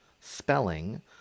spelling